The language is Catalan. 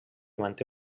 manté